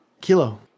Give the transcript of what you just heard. Kilo